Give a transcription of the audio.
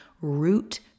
root